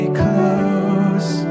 close